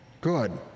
good